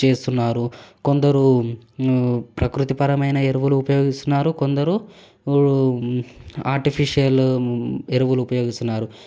చేస్తున్నారు కొందరు ప్రకృతి పరమైన ఎరువులు ఉపయోగిస్తున్నారు కొందరు ఆర్టిఫిషియల్ ఎరువులు ఉపయోగిస్తున్నారు